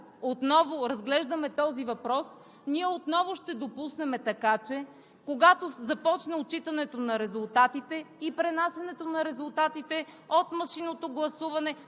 отново разглеждаме този въпрос, ние отново ще допуснем така, че когато започне отчитането на резултатите и пренасянето им от машинното гласуване